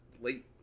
late